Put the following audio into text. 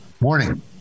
Morning